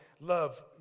love